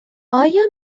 آیا